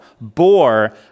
bore